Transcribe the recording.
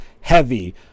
heavy